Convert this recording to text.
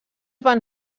van